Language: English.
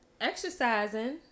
exercising